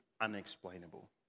unexplainable